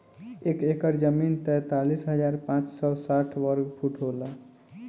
एक एकड़ जमीन तैंतालीस हजार पांच सौ साठ वर्ग फुट होला